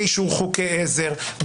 באישור חוקי עזר,